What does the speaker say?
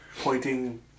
pointing